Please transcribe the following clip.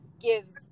gives